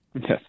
Yes